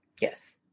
Yes